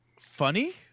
funny